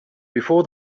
before